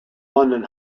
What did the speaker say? london